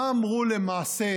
מה אמרו למעשה